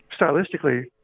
stylistically